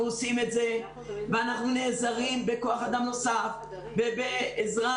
ואנחנו נעזרים בכוח אדם נוסף ובעזרה.